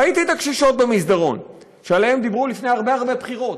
ראיתי את הקשישות במסדרון שעליהן דיברו לפני הרבה הרבה בחירות,